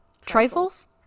trifles